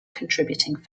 contributing